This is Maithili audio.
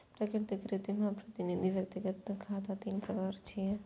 प्राकृतिक, कृत्रिम आ प्रतिनिधि व्यक्तिगत खाता तीन प्रकार छियै